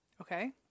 okay